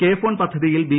K phone പദ്ധതിയിൽ B